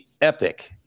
epic –